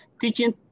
teaching